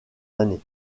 années